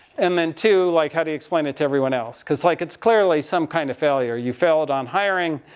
and then too, like how do you explain it to everyone else? because like it's clearly some kind of failure. you failed on hiring,